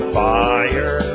fire